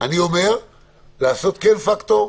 אני אומר לעשות פקטור,